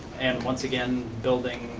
and once again, building,